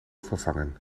vervangen